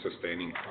sustaining